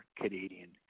canadian